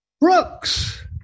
Brooks